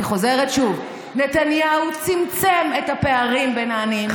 אני חוזרת שוב: נתניהו צמצם את הפערים בין העניים לעשירים.